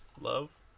love